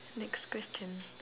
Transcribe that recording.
next question